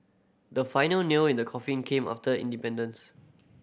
the final nail in the coffin came after independence